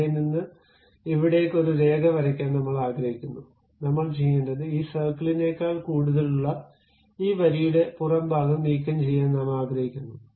ഇവിടെ നിന്ന് ഇവിടേക്ക് ഒരു രേഖ വരയ്ക്കാൻ നമ്മൾ ആഗ്രഹിക്കുന്നു നമ്മൾ ചെയ്യേണ്ടത് ഈ സർക്കിളിനേക്കാൾ കൂടുതലുള്ള ഈ വരിയുടെ പുറം ഭാഗം നീക്കംചെയ്യാൻ നാം ആഗ്രഹിക്കുന്നു